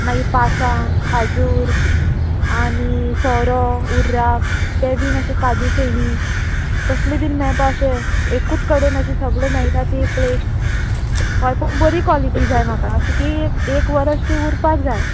मागी पासां खाजूर आनी सोरो उर्राक ते बीन अशे काजू फेणी तसले बीन मेळपा अशे एकूच कडेन अशे सगळें मेळटा ती प्लेट हय पूण बरी क्वॉलिटी जाय म्हाका अशी की एक वरस ती उरपाक जाय